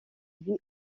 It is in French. vit